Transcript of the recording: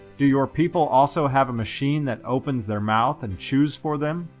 do your people also have a machine that opens their mouth and chews for them?